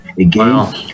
Again